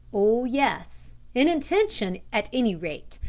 oh yes in intention, at any rate.